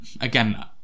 again